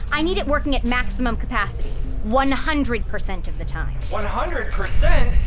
i need it working at maximum capacity one hundred percent of the time one hundred percent?